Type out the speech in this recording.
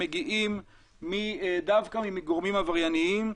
מגיעים דווקא מגורמים עברייניים,